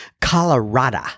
Colorado